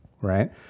right